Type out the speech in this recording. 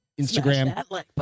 Instagram